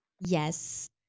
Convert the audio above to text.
Yes